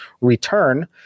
return